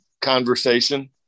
conversation